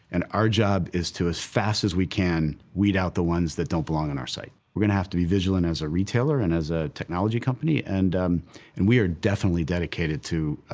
and our job is to, as fast as we can, weed out the ones that don't belong on our site. we're going to have to be vigilant as a retailer and as a technology company, and um and we are definitely dedicated to,